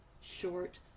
short